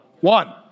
one